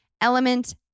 element